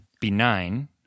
benign